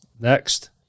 next